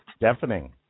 Deafening